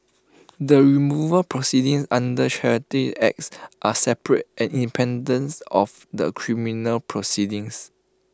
the removal proceedings under charities acts are separate and independence of the criminal proceedings